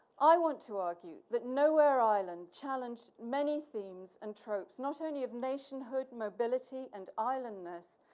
i want to argue that nowhereisland challenged many themes and tropes, not only of nationhood mobility and islandness,